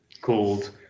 called